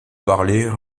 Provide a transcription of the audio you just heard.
parler